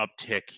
uptick